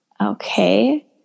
Okay